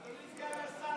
אדוני סגן השר,